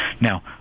Now